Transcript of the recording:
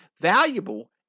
valuable